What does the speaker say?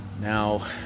Now